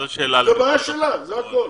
זו בעיה שלה, זה הכול.